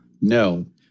No